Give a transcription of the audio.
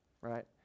right